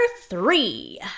three